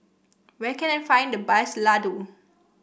where can I find the best laddu